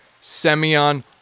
Semyon